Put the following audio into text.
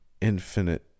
infinite